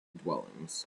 dwellings